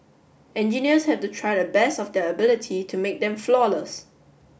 engineers have to try to the best of their ability to make them flawless